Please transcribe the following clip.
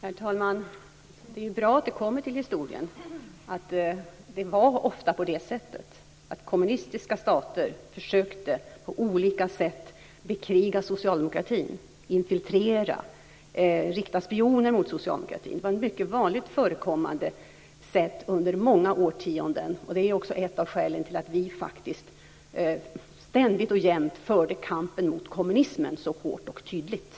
Herr talman! Det är ju bra att det kommer till historien att det ofta var på det sättet att kommunistiska stater på olika sätt försökte bekriga socialdemokratin, infiltrera och rikta spioner mot socialdemokratin. Det var mycket vanligt förekommande under många årtionden. Det är också ett av skälen till att vi faktiskt ständigt och jämt förde kampen mot kommunismen så hårt och tydligt.